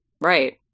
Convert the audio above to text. right